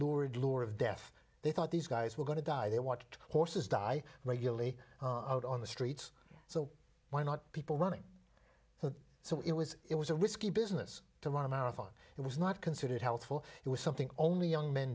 lure of death they thought these guys were going to die they watched horses die regularly out on the streets so why not people running so it was it was a risky business to run a marathon it was not considered healthful it was something only young men